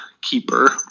keeper